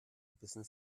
wissen